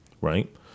right